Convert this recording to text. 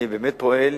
אני באמת פועל,